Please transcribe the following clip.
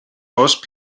most